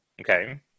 Okay